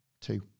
Two